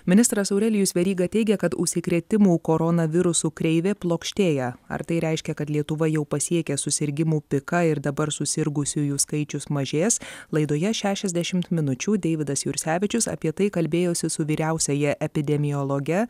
ministras aurelijus veryga teigia kad užsikrėtimų koronavirusu kreivė plokštėja ar tai reiškia kad lietuva jau pasiekė susirgimų piką ir dabar susirgusiųjų skaičius mažės laidoje šešiasdešimt minučių deividas jursevičius apie tai kalbėjosi su vyriausiąja epidemiologe